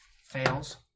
fails